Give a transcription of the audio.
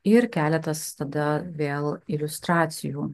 ir keletas tada vėl iliustracijų